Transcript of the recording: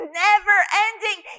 never-ending